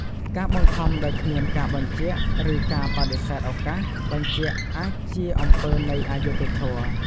ការបង្ខំដោយគ្មានការបញ្ជាក់ ឬក៏ការបដិសេធឱកាសបញ្ជាក់អាចជាអំពើនៃអយុត្តិធម៌។